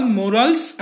morals